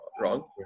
wrong